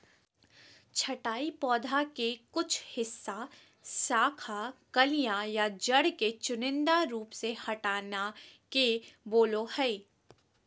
छंटाई पौधा के कुछ हिस्सा, शाखा, कलियां या जड़ के चुनिंदा रूप से हटाना के बोलो हइ